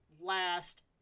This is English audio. last